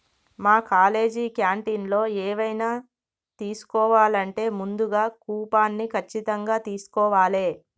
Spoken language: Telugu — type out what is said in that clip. మా కాలేజీ క్యాంటీన్లో ఎవైనా తీసుకోవాలంటే ముందుగా కూపన్ని ఖచ్చితంగా తీస్కోవాలే